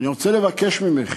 ואני רוצה לבקש ממך